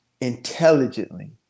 intelligently